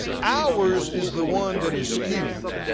ours is the one that is skewed.